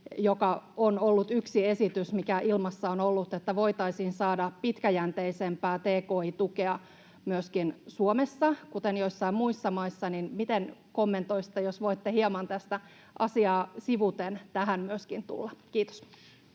joka on ollut yksi esitys, mikä ilmassa on ollut, että voitaisiin saada pitkäjänteisempää tki-tukea myöskin Suomessa, kuten joissain muissa maissa. Miten kommentoisitte, jos voitte hieman tätä asiaa sivuten tähän myöskin tulla? — Kiitos.